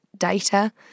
data